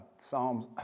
Psalms